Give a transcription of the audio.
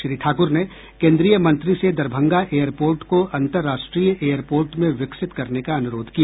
श्री ठाकुर ने इस दौरान केन्द्रीय मंत्री से दरभंगा एयर पोर्ट को अंतर्राष्ट्रीय एयर पोर्ट में विकसित करने का अनुरोध किया